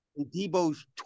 Debo's